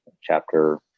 chapter